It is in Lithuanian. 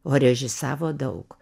o režisavo daug